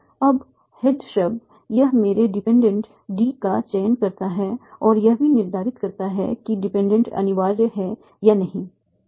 अब हेड शब्द यह मेरे डिपेंडेंट D का चयन करता है और यह भी निर्धारित करता है कि डिपेंडेंट अनिवार्य है या नहीं